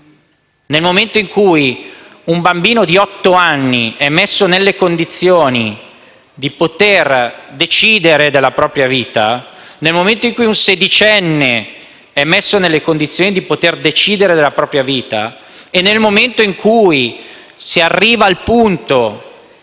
nel momento in cui un bambino di otto anni è messo nelle condizioni di poter decidere della propria vita, nel momento in cui un sedicenne è messo nelle condizioni di poter decidere della propria vita e nel momento in cui si arriva al punto,